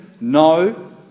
No